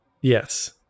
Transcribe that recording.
Yes